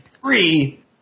three